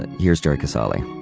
and here's jerry casale.